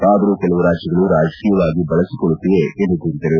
ಆದರೂ ಕೆಲವು ರಾಜ್ಲಗಳು ರಾಜಕೀಯವಾಗಿ ಬಳಸಿಕೊಳ್ಳುತ್ತಿವೆ ಎಂದು ಹೇಳಿದರು